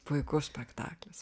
puikus spektaklis